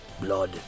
Blood